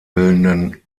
bildenden